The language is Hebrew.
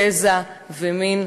גזע ומין,